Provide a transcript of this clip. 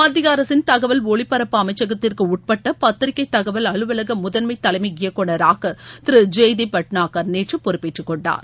மத்திய அரசின் தகவல் ஒலிபரப்பு அமைச்சகத்திற்குட்பட்ட பத்திரிக்கை தகவல் அலுவலக முதன்மை தலைமை இயக்குநராக திரு ஜெய்தீப் பட்னாகர் நேற்று பொறுப்பேற்றுக் கொண்டார்